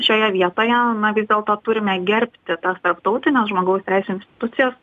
šioje vietoje na vis dėlto turime gerbti tas tarptautines žmogaus teisių institucijas